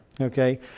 Okay